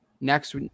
next